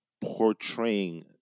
portraying